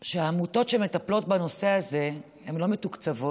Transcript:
העמותות שמטפלות בנושא הזה לא מתוקצבות,